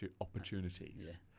opportunities